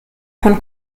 von